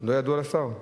לא ידוע לשר?